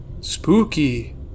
Spooky